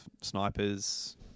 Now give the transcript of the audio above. snipers